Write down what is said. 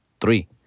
Three